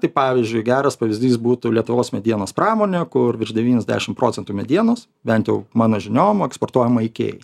tai pavyzdžiui geras pavyzdys būtų lietuvos medienos pramonė kur virš devyniasdešim procentų medienos bent jau mano žiniom eksportuojama ikėjai